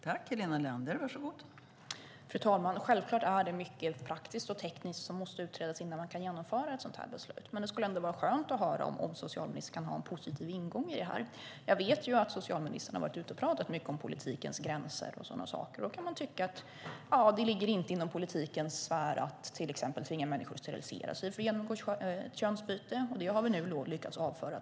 Fru talman! Det är självklart mycket praktiskt och tekniskt som måste utredas innan man kan genomföra ett sådant här beslut. Det skulle ändå vara skönt att höra att socialministern har en positiv ingång i detta. Jag vet att socialministern har pratat mycket om politikens gränser. Man kan tycka att det inte ligger inom politikens sfär att till exempel tvinga människor att sterilisera sig för att genomgå könsbyte. Det har vi nu tack och lov lyckats avföra.